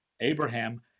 Abraham